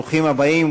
ברוכים הבאים.